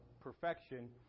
perfection